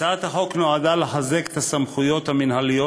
הצעת החוק נועדה לחזק את הסמכויות המינהליות